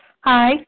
Hi